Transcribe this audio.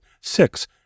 six